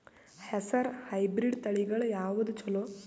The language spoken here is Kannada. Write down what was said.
ಹೆಸರ ಹೈಬ್ರಿಡ್ ತಳಿಗಳ ಯಾವದು ಚಲೋ?